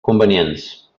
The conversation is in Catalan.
convenients